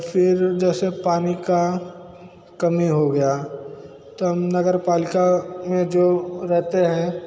फिर जैसे पानी का कमी हो गया तो हम नगरपालिका में जो रहते हैं